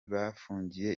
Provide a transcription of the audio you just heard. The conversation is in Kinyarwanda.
bafungiye